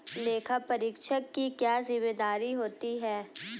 लेखापरीक्षक की क्या जिम्मेदारी होती है?